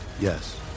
Yes